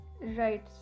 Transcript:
Right